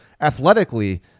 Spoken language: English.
athletically